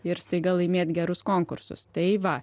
ir staiga laimėtm gerus konkursus tai va